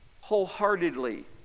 wholeheartedly